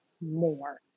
more